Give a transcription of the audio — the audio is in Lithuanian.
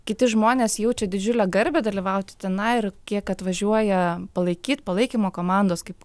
kiti žmonės jaučia didžiulę garbę dalyvauti tenai ir kiek atvažiuoja palaikyt palaikymo komandos kaip